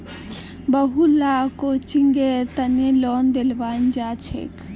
बहुत ला कोचिंगेर तने लोन दियाल जाछेक